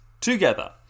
together